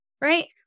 Right